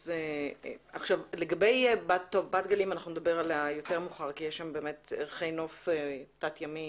על בת גלים נדבר יותר מאוחר כי יש שם ערכי נוף תת ימי